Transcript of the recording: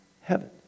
heaven